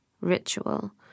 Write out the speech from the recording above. ritual